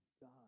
God